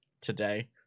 today